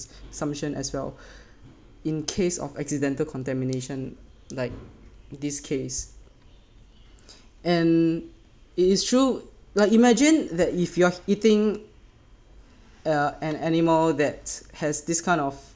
consumption as well in case of accidental contamination like this case and it is true like imagine that if you are eating uh an animal that has this kind of